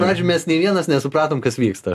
pradžioj mes nė vienas nesupratom kas vyksta